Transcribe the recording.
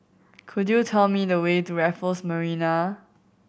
could you tell me the way to Raffles Marina